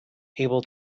able